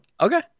Okay